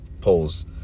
polls